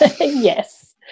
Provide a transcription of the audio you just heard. Yes